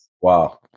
Wow